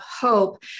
hope